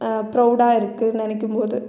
ப்ரௌடாக இருக்குது நினைக்கும் போது